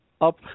Up